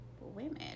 women